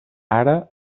ara